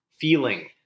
feeling